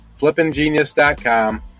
flippinggenius.com